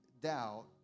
doubt